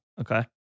Okay